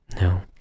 No